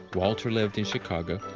walter lived in chicago,